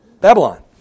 Babylon